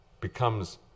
becomes